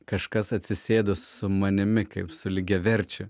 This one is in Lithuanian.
kažkas atsisėdo su manimi kaip su lygiaverčiu